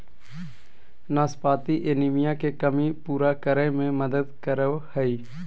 नाशपाती एनीमिया के कमी पूरा करै में मदद करो हइ